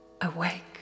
Awake